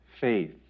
faith